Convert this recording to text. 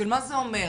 שמה זה אומר,